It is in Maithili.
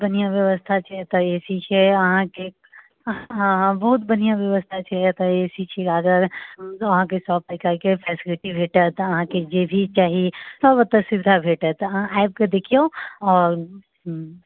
बढ़िआँ व्यवस्था छै एतऽ ए सी छै अहाँकेँ हँ हँ बहुत बढ़िआँ व्यवस्था छै एतऽ ए सी छै लागल अहाँकेँ सभ प्रकारके अहाँकेँ फेसिलिटी भेटत अहाँकेँ जे भी चाही हर ओतऽ सुविधा भेटत अहाँ आबि कऽ देखिऔ आओर ओ